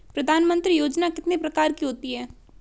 प्रधानमंत्री योजना कितने प्रकार की होती है?